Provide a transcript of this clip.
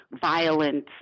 violent